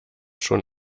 schon